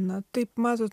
na taip matot